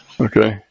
Okay